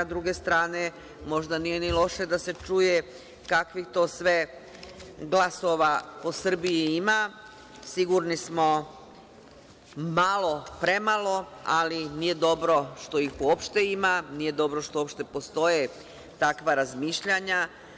S druge strane, možda nije ni loše da se čuje kakvih to sve glasova po Srbiji ima, sigurni smo malo, premalo, ali nije dobro što ih uopšte ima, nije dobro što uopšte postoje takva razmišljanja.